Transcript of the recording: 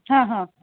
हां हां